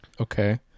okay